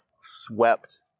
swept